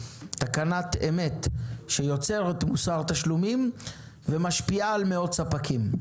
תקנת אמת שיוצרת מוסר תשלומים ומשפיעה על מאות ספקים.